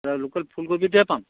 local ফুলকবিটোৱে পাম